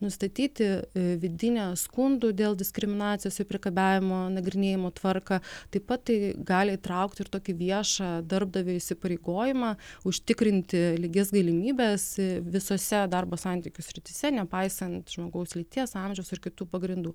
nustatyti vidinę skundų dėl diskriminacijos ir priekabiavimo nagrinėjimo tvarką taip pat tai gali įtraukti ir tokį viešą darbdavio įsipareigojimą užtikrinti lygias galimybes visose darbo santykių srityse nepaisant žmogaus lyties amžiaus ir kitų pagrindų